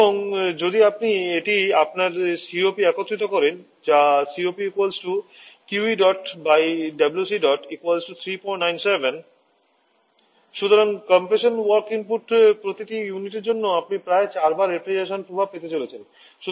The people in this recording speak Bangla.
এবং যদি আপনি এটি আপনার সিওপি একত্রিত করেন যা সুতরাং কম্প্রেশন ওয়ার্ক ইনপুট প্রতিটি ইউনিট জন্য আপনি প্রায় 4 বার রেফ্রিজারেশন প্রভাব পেতে চলেছেন